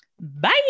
bye